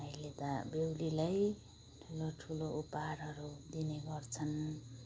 अहिले त बेहुलीलाई ठुलो ठुलो उपहारहरू दिने गर्छन्